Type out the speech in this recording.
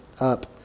up